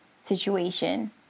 situation